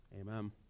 Amen